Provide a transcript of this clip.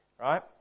right